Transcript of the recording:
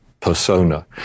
persona